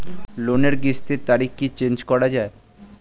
লোনের কিস্তির তারিখ কি চেঞ্জ করা যায়?